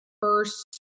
first